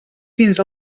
fins